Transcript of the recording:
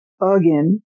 again